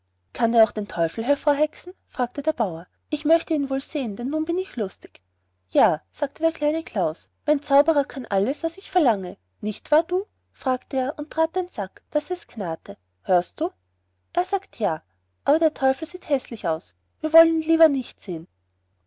kann er auch den teufel hervorhexen fragte der bauer ich möchte ihn wohl sehen denn nun bin ich lustig ja sagte der kleine klaus mein zauberer kann alles was ich verlange nicht wahr du fragte er und trat auf den sack daß es knarrte hörst du er sagt ja aber der teufel sieht häßlich aus wir wollen ihn lieber nicht sehen